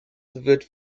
wird